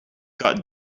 got